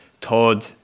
Todd